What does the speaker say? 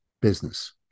business